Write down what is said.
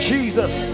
Jesus